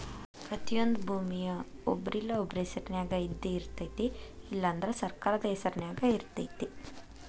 ಪ್ರತಿಯೊಂದು ಭೂಮಿಯ ಒಬ್ರಿಲ್ಲಾ ಒಬ್ರ ಹೆಸರಿನ್ಯಾಗ ಇದ್ದಯಿರ್ತೈತಿ ಇಲ್ಲಾ ಅಂದ್ರ ಸರ್ಕಾರದ ಹೆಸರು ನ್ಯಾಗ ಇರ್ತೈತಿ